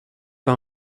pas